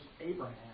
Abraham